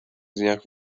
dniach